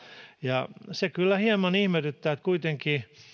ja se kyllä hieman ihmetyttää että kun kuitenkin